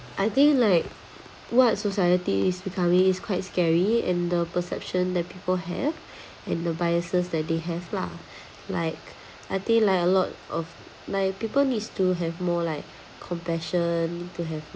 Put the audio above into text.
I think like what society is becoming is quite scary and the perception that people have and the biases that they have lah like I think like a lot of like people needs to have more like compassion need to have